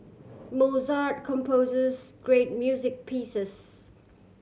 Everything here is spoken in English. Mozart composes great music pieces